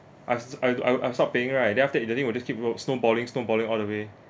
I s~ I do I've stopped paying right then after it that thing will keep roll~ snowballing snowballing all the way